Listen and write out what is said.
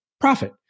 profit